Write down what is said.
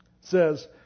says